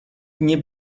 nie